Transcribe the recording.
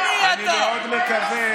אני רוצה